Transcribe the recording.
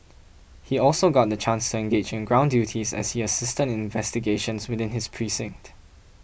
he also got the chance to engage in ground duties as he assisted in investigations within his precinct